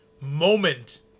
moment